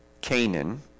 Canaan